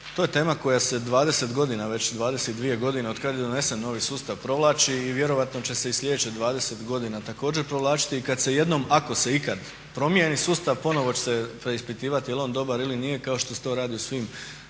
to je tema koja se 20 godina već, 22 godine otkada je donesen novi sustav provlači i vjerojatno će se i sljedećih 20 godina također provlačiti. I kada se jednom, ako se ikad promijeni sustav, ponovno će se preispitivati je li on dobar ili nije kao što se to radi u svim